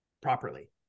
properly